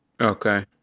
Okay